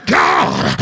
god